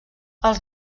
els